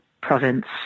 province